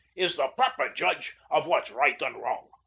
is the proper judge of what's right and wrong.